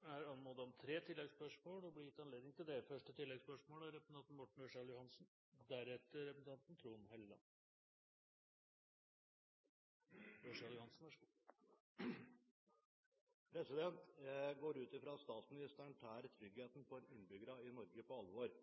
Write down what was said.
er anmodet om tre oppfølgingsspørsmål, og det blir gitt anledning til det – først Morten Ørsal Johansen. Jeg går ut fra at statsministeren tar tryggheten for innbyggerne i Norge på alvor.